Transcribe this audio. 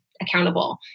accountable